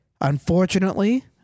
unfortunately